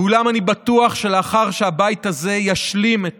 אולם אני בטוח שלאחר שהבית הזה ישלים את